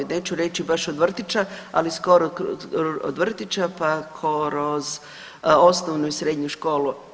Neću reći baš od vrtića, ali skoro od vrtića pa kroz osnovnu i srednju školu.